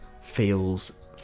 feels